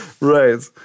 Right